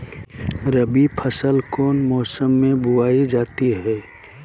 रबी फसल कौन मौसम में बोई जाती है?